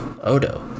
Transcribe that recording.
Odo